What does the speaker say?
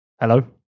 Hello